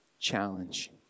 Challenge